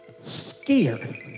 scared